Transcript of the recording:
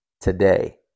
today